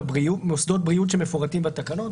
מוסדות בריאות שמפורטים בתקנות,